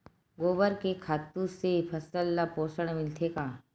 गोबर के खातु से फसल ल पोषण मिलथे का?